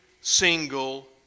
single